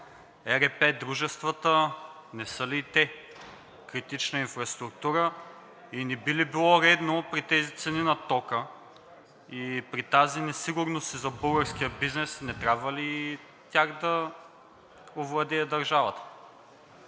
ЕРП дружествата не са ли и те критична инфраструктура? Не би ли било редно при тези цени на тока и при тази несигурност и за българския бизнес, не трябва ли и тях да овладее държавата?